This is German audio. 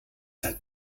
hat